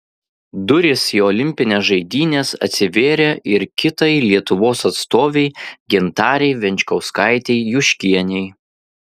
durys į olimpines žaidynes atsivėrė ir kitai lietuvos atstovei gintarei venčkauskaitei juškienei